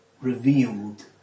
revealed